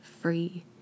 free